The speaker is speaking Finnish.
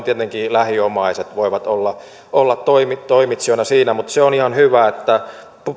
tietenkin lähiomaiset voivat olla olla toimitsijoina siinä mutta se on ihan hyvä että